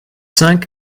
cinq